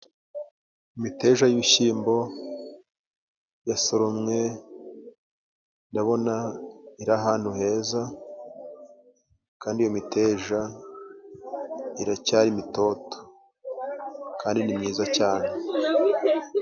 Imiteja y'ibishyimbo yasoromwe, ndabona iri ahantu heza kandi iyo miteja iracyari mitoto kandi ni myiza cyane.